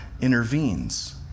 intervenes